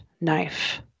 knife